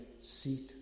seat